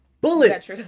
Bullet